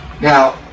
Now